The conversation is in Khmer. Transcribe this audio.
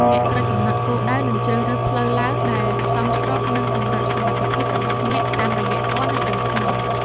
អ្នកត្រូវកំណត់គោលដៅ និងជ្រើសរើសផ្លូវឡើងដែលសមស្របនឹងកម្រិតសមត្ថភាពរបស់អ្នកតាមរយៈពណ៌នៃដុំថ្ម។